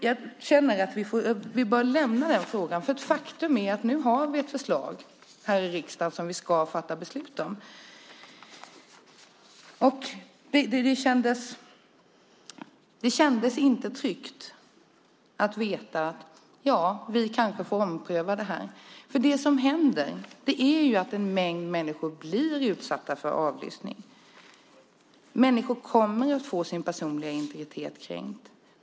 Jag känner att vi bör lämna den frågan, för faktum är ju att vi nu har ett förslag här i riksdagen som vi ska fatta beslut om. Det kändes inte tryggt att veta att vi kanske får ompröva det här. Det som händer är ju att en mängd människor blir utsatta för avlyssning. Människor kommer att få sin personliga integritet kränkt.